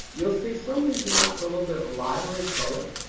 you'll see some of these mites are a little bit lighter in color.